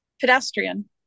pedestrian